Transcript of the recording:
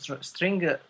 string